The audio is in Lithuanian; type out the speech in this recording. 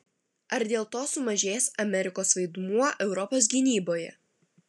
ar dėl to sumažės amerikos vaidmuo europos gynyboje